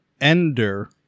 Ender